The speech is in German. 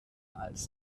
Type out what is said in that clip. als